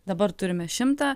dabar turime šimtą